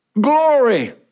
glory